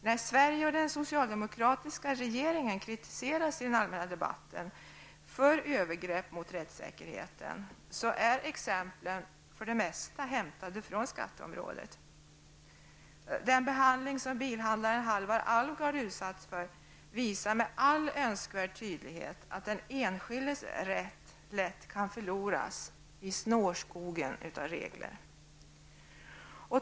När Sverige och den socialdemokratiska regeringen kritiseras i den allmänna debatten för övergerpp mot rättssäkerheten är exemplen för det mesta hämtade från skatteområdet. Den behandling som bilhandlaren Halvar Alvgard utsatts för visar med all önskvärd tydlighet att den enskildes rätt lätt kan förloras i snårskogen av regler.